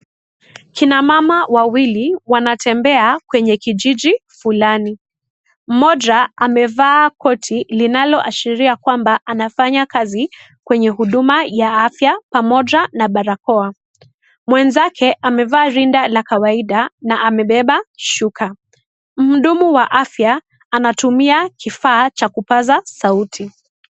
Kina mama wawili wanatembea kwenye kijiji fulani. Mmoja amevaa korti linaloashiria kwamba anafanya kazi kwenye huduma ya afya pamoja na barakoa. Mwenzake amevaa rinda la kawaida na amebeba shuka. Mhudumu wa afya anatumia kifaa cha kupasa sauti.